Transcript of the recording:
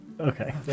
Okay